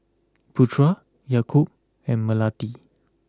Putra Yaakob and Melati